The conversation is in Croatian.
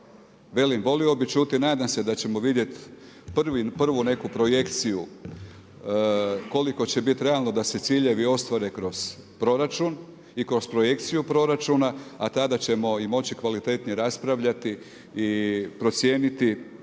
Velim volio bih čuti, nadam se da ćemo vidjeti prvu neku projekciju koliko će biti realno da se ciljevi ostvare kroz proračun i kroz projekciju proračuna, a tada ćemo moći kvalitetnije raspravljati i procijeniti